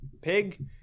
pig